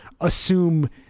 assume